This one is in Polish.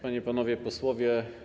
Panie i Panowie Posłowie!